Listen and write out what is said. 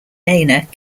nenagh